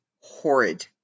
horrid